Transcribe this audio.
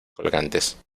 colgantes